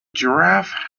giraffe